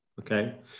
Okay